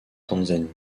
tanzanie